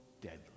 deadly